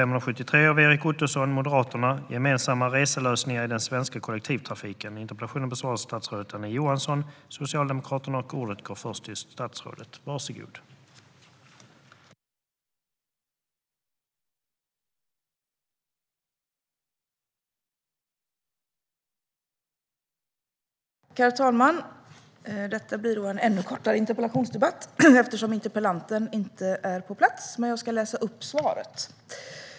Herr talman! Detta blir en ännu kortare interpellationsdebatt eftersom interpellanten inte är på plats. Jag ska dock läsa upp svaret.